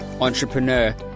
entrepreneur